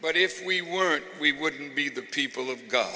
but if we weren't we wouldn't be the people